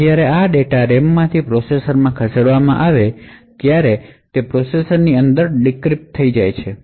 હવે જ્યારે આ ડેટા રેમથી પ્રોસેસરમાં ખસેડવામાં આવે છે ત્યારે તે પ્રોસેસરની અંદર ડિક્રિપ્ટ થઈ જાય છે